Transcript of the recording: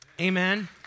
Amen